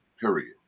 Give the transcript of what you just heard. period